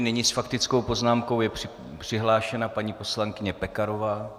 Nyní je s faktickou poznámkou přihlášena paní poslankyně Pekarová.